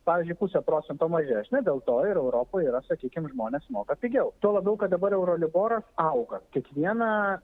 pavyzdžiui puse procento mažesnė dėl to ir europoj yra sakykim žmonės moka pigiau tuo labiau kad dabar euro liboras auga kiekvieną